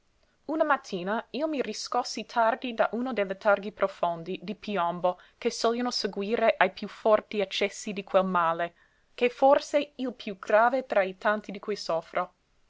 una mattina io mi riscossi tardi da uno dei letarghi profondi di piombo che sogliono seguire ai piú forti accessi di quel male ch'è forse il piú grave tra i tanti di cui soffro